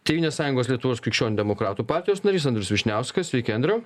tėvynės sąjungos lietuvos krikščionių demokratų partijos narys andrius vyšniauskas sveiki andriau